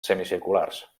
semicirculars